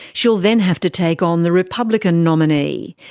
she'll then have to take on the republican nominee.